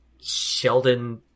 sheldon